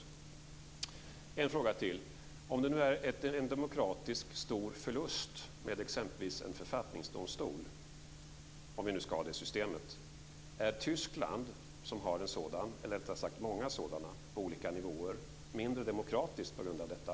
Jag har en fråga till: Om det nu är en demokratiskt stor förlust med exempelvis en författningsdomstol - om vi nu ska ha det systemet - är då Tyskland, som har många sådana på olika nivåer, mindre demokratiskt på grund av detta?